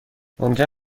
ممکن